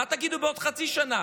מה תגידו בעוד חצי שנה?